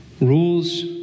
rules